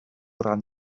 ran